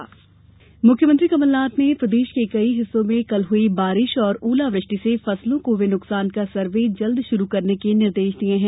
CM निर्देश मुख्यमंत्री कमलनाथ ने प्रदेश के कई हिस्सों में कल हुई बारिश और ओलावृष्टि से फसलों को हुये नुकसान का सर्वे जल्द शुरू करने के निर्देश दिये हैं